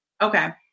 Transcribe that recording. okay